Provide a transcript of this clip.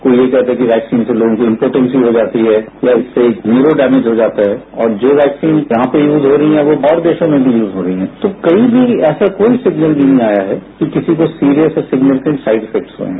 कोई ये कहता है कि वैक्सीन से लोगों की इम्पोटेंसी हो जाती है या उससे न्यूरो डैमेज हो जाता है और जो वैक्सीन यहां पर यूज हो रही हैं वो और देशों में भी यूज हो रही हैं तो कहीं भी ऐसा कोई सिग्नल भी नहीं आया है कि किसी को serious and significant side effect हुए हैं